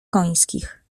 końskich